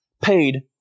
paid